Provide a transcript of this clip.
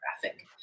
graphic